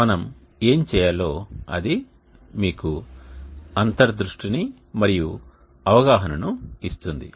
కాబట్టి మనము ఏమి చేయాలో అది మీకు అంతర్దృష్టిని మరియు అవగాహనను ఇస్తుంది